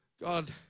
God